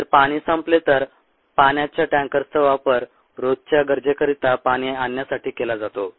जर पाणी संपले तर पाण्याच्या टँकर्सचा वापर रोजच्या गरजेकरिता पाणी आणण्यासाठी केला जातो